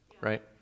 right